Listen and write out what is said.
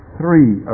three